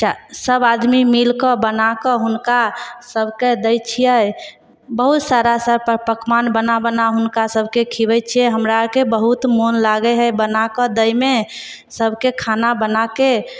चऽ सभआदमी मिलिकऽ बनाकऽ हुनकासभके दै छिए बहुत सारा सभ पऽ पकमान बना बना हुनकासभके खुआबै छिए हमरा आओरके बहुत मोन लागै हइ बनाकऽ दैमे सभके खाना बनाकऽ